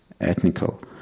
ethnical